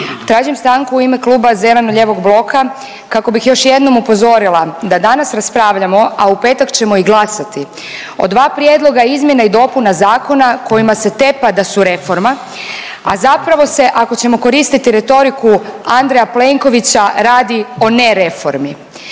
Tražim stanku u ime Kluba zeleno-lijevog bloka kako bih još jednom upozorila da danas raspravljamo, a u petak ćemo i glasati o dva prijedloga izmjena i dopuna zakona kojima se tepa da su reforma, a zapravo se ako ćemo koristiti retoriku Andreja Plenkovića radi o ne reformi.